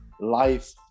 life